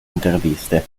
interviste